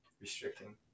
restricting